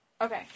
Okay